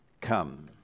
come